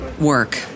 work